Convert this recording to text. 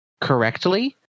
correctly